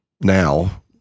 now